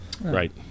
Right